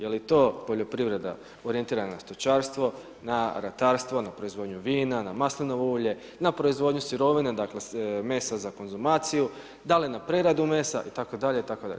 Je li to poljoprivreda orijentirana na stočarstvo, na ratarstvo, na proizvodnju vina, na maslinovo ulje, na proizvodnju sirovine, dakle, mesa za konzumaciju, da li na preradu mesa itd., itd.